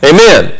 Amen